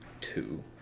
two